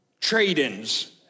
trade-ins